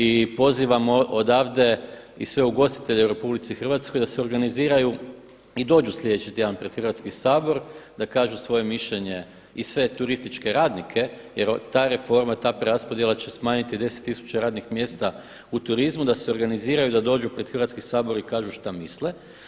I pozivamo odavde i sve ugostitelje u RH da se organiziraju i dođu sljedeći tjedan pred Hrvatski sabor da kažu svoje mišljenje i sve turističke radnike jer ta reforma, ta preraspodjela će smanjiti 10 tisuća radnih mjesta u turizmu, da se organiziraju i da dođu pred Hrvatski sabor i kažu šta misle.